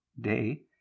day